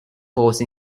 force